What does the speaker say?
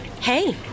Hey